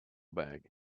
bag